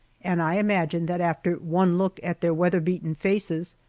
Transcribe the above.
and i imagine that after one look at their weather-beaten faces,